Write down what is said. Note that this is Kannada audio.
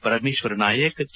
ಪರಮೇಶ್ವರ ನಾಯಕ್ ಕೆ